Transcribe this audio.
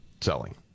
selling